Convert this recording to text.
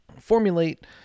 formulate